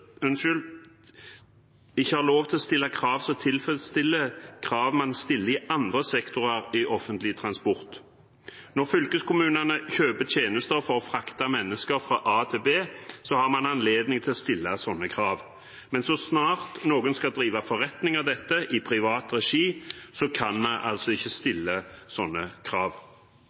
yrkestransportloven, ikke har lov til å stille krav som tilfredsstiller krav man stiller i andre sektorer i offentlig transport. Når fylkeskommunene kjøper tjenester for å frakte mennesker fra A til B, har man anledning til å stille slike krav. Men så snart noen skal drive forretning av dette i privat regi, kan vi altså ikke stille slike krav.